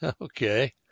Okay